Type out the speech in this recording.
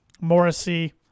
Morrissey